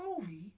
movie